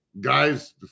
guys